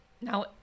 Now